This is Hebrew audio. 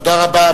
תודה רבה.